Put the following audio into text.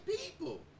people